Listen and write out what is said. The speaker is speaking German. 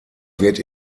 wird